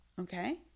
Okay